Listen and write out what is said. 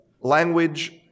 language